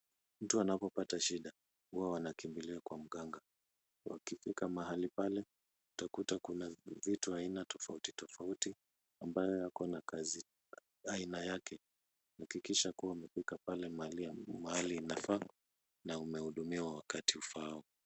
Mtu anapopata shida huwa wanakimbilia kwa mganga. Wakifika mahali pale utakuta kuna vitu aina tofauti tofauti ambayo yako na kazi aina yake. Hakikisha kuwa umefika pale mahali inafaa na umehudumiwa wakati ufaao.